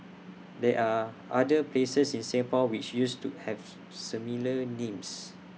there are other places in Singapore which used to have similar names